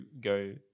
go